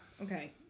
okay